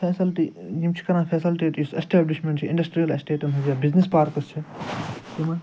facility یِم چھِ کَران فیسلٹیٖٹز یُس ایسٹیبلِشمٮ۪نٛٹ چھِ اِنٛڈسٹِریل ایسٹیٚٹن ہٕنٛز یا بِزنِس پارکٕس چھِ تِمن